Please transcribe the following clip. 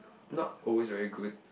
not always very good